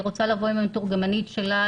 היא רוצה לבוא עם המתורגמנית שלה,